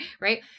right